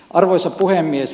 arvoisa puhemies